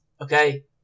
okay